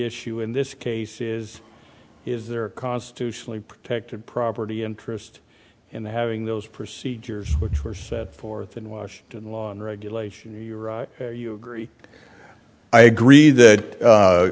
issue in this case is is there a constitutionally protected property interest in having those procedures which were set forth in washington law and regulation you agree i agree that